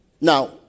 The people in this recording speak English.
Now